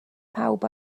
pawb